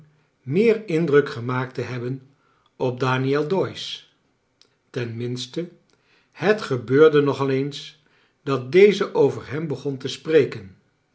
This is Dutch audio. meer indruk gemaakt te hebben op daniel doyce tenminste het gebeurde nog al eens dat deze over hem begon te spreken